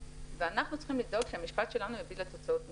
ואנחנו צריכים לדאוג שהמשפט שלנו יביא לתוצאות נכונות.